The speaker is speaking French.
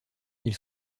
ils